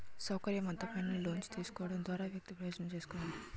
సౌకర్యవంతమైన లోన్స్ తీసుకోవడం ద్వారా వ్యక్తి ప్రయోజనం చేకూరాలి